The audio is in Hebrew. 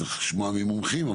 צריך לשמוע ממומחים,